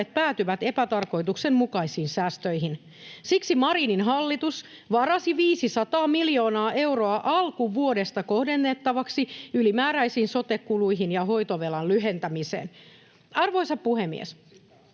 päätyvät epätarkoituksenmukaisiin säästöihin. Siksi Marinin hallitus varasi 500 miljoonaa euroa alkuvuodesta kohdennettavaksi ylimääräisiin sote-kuluihin ja hoitovelan lyhentämiseen. Arvoisa puhemies!